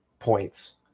points